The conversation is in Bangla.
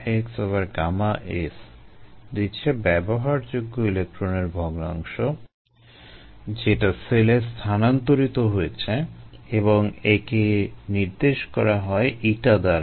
yx Γx Γs দিচ্ছে ব্যবহারযোগ্য ইলেক্ট্রনের ভগ্নাংশ যেটা সেলে স্থানান্তরিত হয়েছে এবং একে নির্দেশ করা হয় η দ্বারা